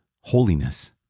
holiness